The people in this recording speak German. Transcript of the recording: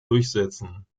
durchsetzen